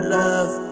love